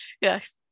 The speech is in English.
yes